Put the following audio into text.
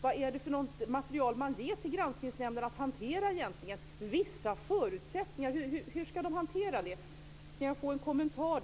Vad är det för material som ges till Granskningsnämnden att hantera? Hur ska "vissa förutsättningar" hanteras? Kan jag få en kommentar?